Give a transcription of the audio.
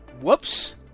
Whoops